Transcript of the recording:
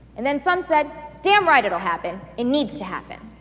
and then some said, damn right, it will happen! it needs to happen!